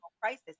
crisis